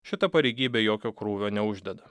šita pareigybė jokio krūvio neuždeda